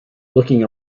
looking